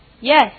Yes